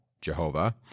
Jehovah